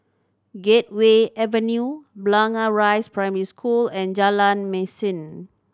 Gateway Avenue Blangah Rise Primary School and Jalan Mesin